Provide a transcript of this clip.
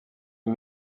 iyi